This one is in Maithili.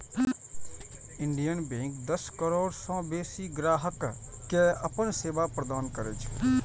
इंडियन बैंक दस करोड़ सं बेसी ग्राहक कें अपन सेवा प्रदान करै छै